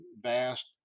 vast